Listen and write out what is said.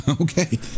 Okay